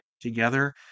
together